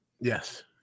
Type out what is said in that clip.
Yes